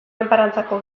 enparantzako